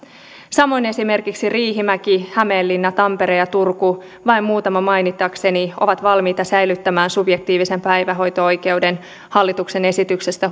samoin esimerkiksi riihimäki hämeenlinna tampere ja turku vain muutaman mainitakseni ovat valmiita säilyttämään subjektiivisen päivähoito oikeuden hallituksen esityksestä